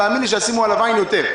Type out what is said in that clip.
תאמין לי שישימו עליו עין יותר.